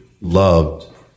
loved